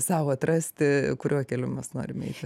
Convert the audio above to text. sau atrasti kuriuo keliu mes norim eiti